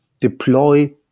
deploy